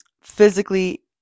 physically